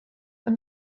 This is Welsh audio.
ond